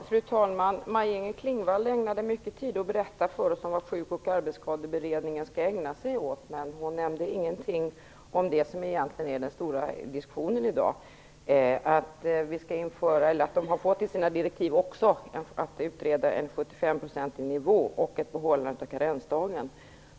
Fru talman! Maj-Inger Klingvall ägnade mycket tid åt att berätta för oss vad Sjuk och arbetsskadeberedningen skall ägna sig åt, men hon nämnde ingenting om det som egentligen är den stora diskussionen i dag, nämligen att det ingår i utredningens direktiv att utreda en 75-procentig nivå och ett behållande av karensdagen.